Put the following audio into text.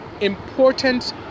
important